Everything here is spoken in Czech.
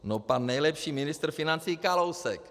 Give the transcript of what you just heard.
No pan nejlepší ministr financí Kalousek!